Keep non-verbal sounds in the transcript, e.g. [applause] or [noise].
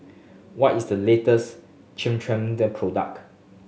what is the latest [unintelligible] product